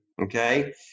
Okay